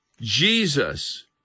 Jesus